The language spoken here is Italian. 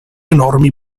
enormi